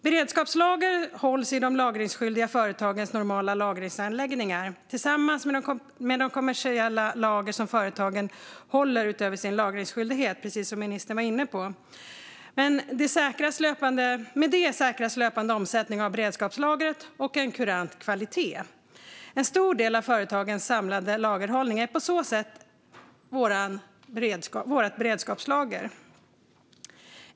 Beredskapslager hålls i de lagringsskyldiga företagens normala lagringsanläggningar, tillsammans med de kommersiella lager som företagen håller utöver sin lagringsskyldighet, precis som ministern var inne på. Med det säkras löpande omsättning av beredskapslagret och kurant kvalitet. En stor del av företagens samlade lagerhållning är på så sätt vårt beredskapslager.